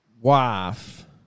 wife